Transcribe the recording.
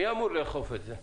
מי אמור לאכוף את זה?